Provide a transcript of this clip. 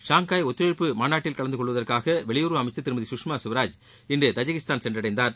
Shanghai ஒத்துழைப்பு மாநாட்டில் கலந்து கொள்வதற்காக வெளியுறவு அமைச்சள் திருமதி சுஷ்மா ஸ்வராஜ் இன்று தஜிகிஸ்தான் சென்றடைந்தார்